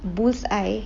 bull's eye